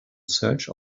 search